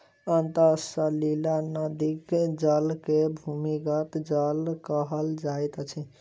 अंतः सलीला नदीक जल के भूमिगत जल कहल जाइत अछि